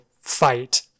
fight